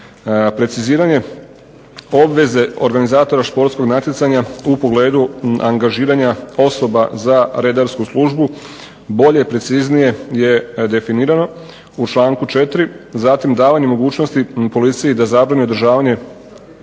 Preciziranje obveze organizatora športskog natjecanja u pogledu angažiranja osoba za redarsku službu bolje, preciznije je definirano u članku 4. Zatim davanje mogućnosti policiji da zabrani održavanje